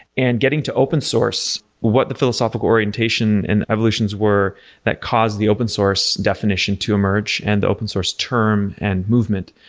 and getting to open-source what the philosophical orientation and evolutions were that cause the open-source definition to emerge and the open-source term and movement,